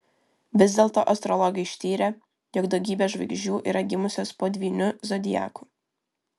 vis dėlto astrologai ištyrė jog daugybė žvaigždžių yra gimusios po dvyniu zodiaku